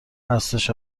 هستش